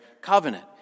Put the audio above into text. covenant